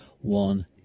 One